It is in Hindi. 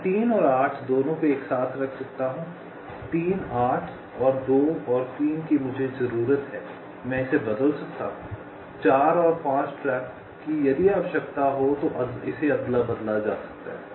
मैं 3 और 8 दोनों को एक साथ रख सकता हूं 3 8 और 2 और 3 की मुझे जरूरत है मैं इसे बदल सकता हूं 4 और 5 ट्रैक को यदि आवश्यकता हो तो अदला बदला जा सकता है